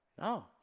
No